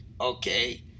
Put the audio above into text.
okay